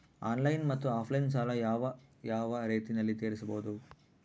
Online ಮತ್ತೆ offline ಸಾಲ ಯಾವ ಯಾವ ರೇತಿನಲ್ಲಿ ತೇರಿಸಬಹುದು?